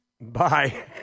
Bye